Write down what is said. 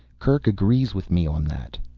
kerk agrees with me on that.